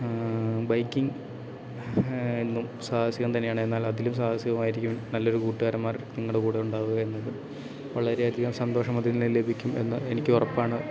biking എന്നും സാഹസികം തന്നെയാണ് എന്നാൽ അതിലും സാഹസികമായിരിക്കും നല്ലൊരു കൂട്ടുകാരന്മാർ നിങ്ങളുടെ കൂടെ ഉണ്ടാവുക എന്നത് വളരെ അധികം സന്തോഷം അതിൽ നിന്ന് ലഭിക്കും എന്നത് എനിക്ക് ഉറപ്പാണ്